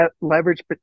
leverage